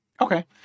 Okay